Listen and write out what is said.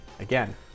Again